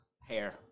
Hair